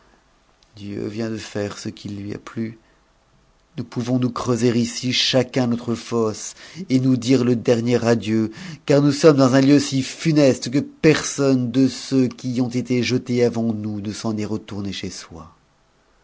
dieu vient de faire ce qui lui a plu nous pouvonsnous creuser ici chacun notre fosse et nousdire te dernier adieu car nous sommes dans un lieu si funeste que personne de ceux qui y ont été jetés avant nous ne s'en est retourné chez soi